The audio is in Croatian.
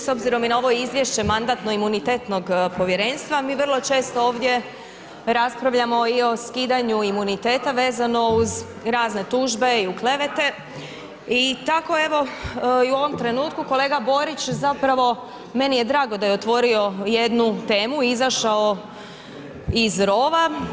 S obzirom i na ovo izvješće Mandatno-imunitetnog povjerenstva mi vrlo često ovdje raspravljamo i o skidanju imuniteta vezano uz razne tužbe i klevete i tako evo u ovom trenutku kolega Borić zapravo meni je drago da je otvorio jednu temu i izašao iz rova.